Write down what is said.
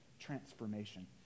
transformation